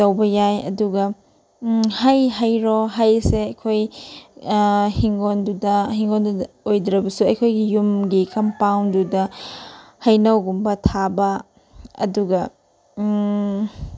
ꯇꯧꯕ ꯌꯥꯏ ꯑꯗꯨꯒ ꯍꯩ ꯍꯥꯏꯔꯣ ꯍꯩꯁꯦ ꯑꯩꯈꯣꯏ ꯍꯤꯡꯒꯣꯟꯗꯨꯗ ꯍꯤꯡꯒꯣꯟꯗꯨꯗ ꯑꯣꯏꯗ꯭ꯔꯕꯁꯨ ꯑꯩꯈꯣꯏꯒꯤ ꯌꯨꯝꯒꯤ ꯀꯝꯄꯥꯎꯟꯗꯨꯗ ꯍꯩꯅꯧꯒꯨꯝꯕ ꯊꯥꯕ ꯑꯗꯨꯒ